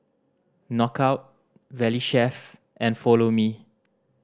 Knockout Valley Chef and Follow Me